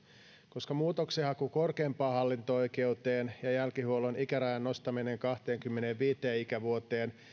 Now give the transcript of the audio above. koska muutoksenhaku korkeimpaan hallinto oikeuteen ja jälkihuollon ikärajan nostaminen kahteenkymmeneenviiteen ikävuoteen